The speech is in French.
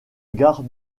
gare